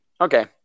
Okay